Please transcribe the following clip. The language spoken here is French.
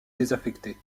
désaffectée